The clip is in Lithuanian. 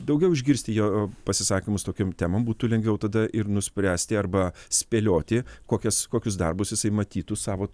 daugiau išgirsti jo pasisakymus tokiom temom būtų lengviau tada ir nuspręsti arba spėlioti kokias kokius darbus jisai matytų savo